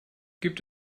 gibt